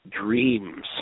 dreams